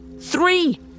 Three